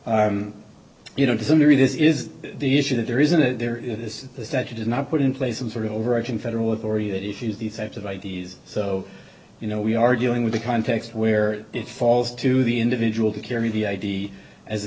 you know to some degree this is the issue that there isn't it there is this is that you did not put in place some sort of overarching federal authority that issues these types of i d s so you know we are dealing with a context where it falls to the individual to carry the id as